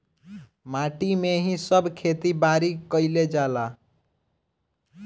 माटी में ही सब खेती बारी कईल जाला